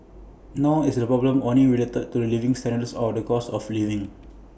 nor is the problem only related to living standards or the cost of living